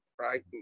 Right